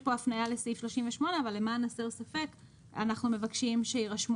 כאן הפניה לסעיף 38 אבל למען הסר ספק אנחנו מבקשים שיירשמו